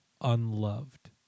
Unloved